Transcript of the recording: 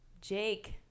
Jake